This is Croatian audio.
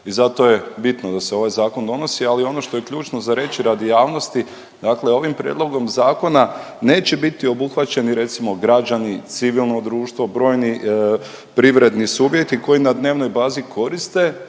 i zato je bitno da se ovaj Zakon donosi, ali on što je ključno za reći radi javnosti, dakle ovim Prijedlogom zakona neće biti obuhvaćeni, recimo, građani, civilno društvo, brojni privredni subjekti koji na dnevnoj bazi koriste